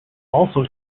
also